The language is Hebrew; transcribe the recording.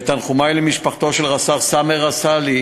את תנחומי למשפחתו של רס"ר סאמר עסלי,